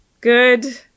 Good